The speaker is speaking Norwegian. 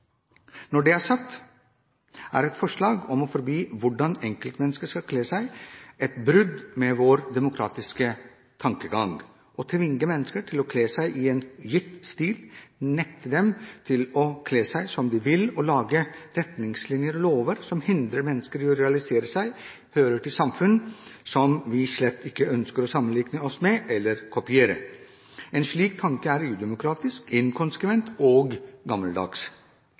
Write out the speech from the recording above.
Når det er sagt, er et forslag om å forby hvordan enkeltmennesker skal kle seg, et brudd med vår demokratiske tankegang. Å tvinge mennesker til å kle seg i en gitt stil, å nekte dem å kle seg som de vil, og å lage retningslinjer og lover som hindrer mennesker i å realisere seg selv, hører til samfunn som vi slett ikke ønsker å sammenlikne oss med eller kopiere. En slik tanke er udemokratisk, inkonsekvent og gammeldags.